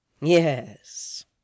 Yes